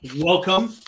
Welcome